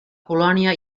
colònia